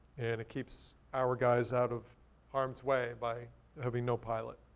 and it keeps our guys out of harms way by having no pilot.